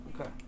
okay